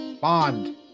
bond